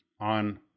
on